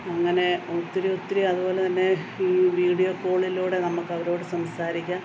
അങ്ങനെ ഒത്തിരി ഒത്തിരി അതുപോലെതന്നെ വീഡിയോ കോളിലൂടെ നമുക്കവരോടു സംസാരിക്കാം